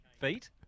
feet